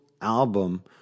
album